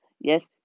yes